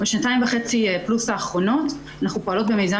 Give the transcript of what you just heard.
בשנתיים וחצי פלוס האחרונות אנחנו פועלות במיזם